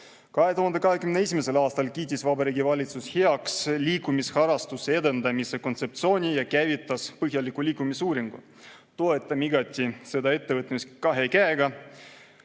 aastal kiitis Vabariigi Valitsus heaks liikumisharrastuse edendamise kontseptsiooni ja käivitas põhjaliku liikumisuuringu. Toetame igati seda ettevõtmist, kahe käega.